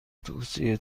توصیه